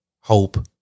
hope